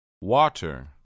Water